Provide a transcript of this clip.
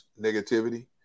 negativity